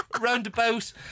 roundabout